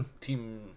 team